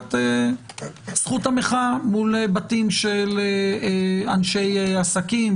הגבלת זכות המחאה מול בתים של אנשי עסקים,